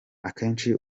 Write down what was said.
akenshi